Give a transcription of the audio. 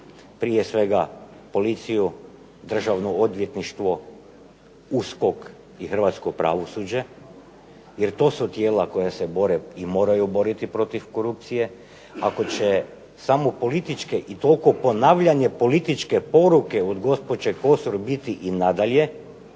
prije svega policiju, Državno odvjetništvo, USKOK i hrvatsko pravosuđe jer to su tijela koja se bore i moraju boriti protiv korupcije. Ako će samo političke i toliko ponavljanje političke poruke od gospođe Kosor biti i nadalje